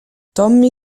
tommy